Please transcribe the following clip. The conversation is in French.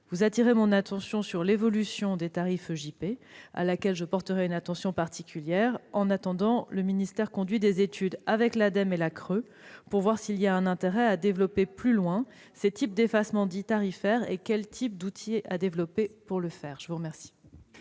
Vous m'alertez sur l'évolution des tarifs EJP, à laquelle je porterai une attention particulière. En attendant, le ministère conduit des études avec l'Ademe et la CRE, pour voir s'il y a un intérêt à développer davantage ces types d'effacement dits tarifaires et définir les outils à développer pour ce faire. La parole